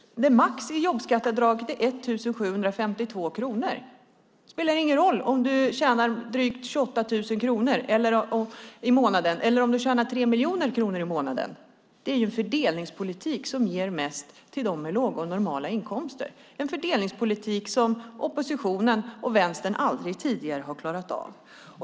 Max i jobbskatteavdraget är 1 752 kronor. Det spelar ingen roll om du tjänar drygt 28 000 kronor i månaden eller om du tjänar 3 miljoner kronor i månaden. Det är en fördelningspolitik som ger mest till dem med låga och normala inkomster, en fördelningspolitik som oppositionen och Vänstern aldrig tidigare har klarat av.